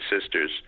Sisters